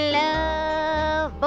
love